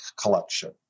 collection